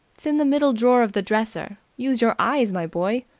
it's in the middle drawer of the dresser. use your eyes, my boy!